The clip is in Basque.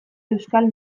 euskal